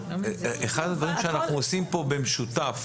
אחד הדברים שאנחנו עושים פה במשותף,